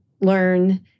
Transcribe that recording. learn